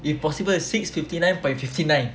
if possible at six fifty nine point fifty nine